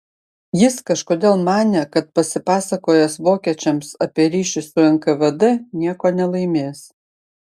jis kažkodėl manė kad pasipasakojęs vokiečiams apie ryšį su nkvd nieko nelaimės